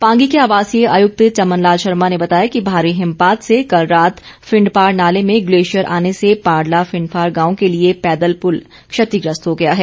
पांगी के आवासीय आयुक्त चमन लाल शर्मा ने बताया कि भारी हिमपात से कल रात फिंडपार नाले में ग्लेशियर आने से पारला फिंडपार गांव के लिए पैदल पुल क्षतिग्रस्त हो गया है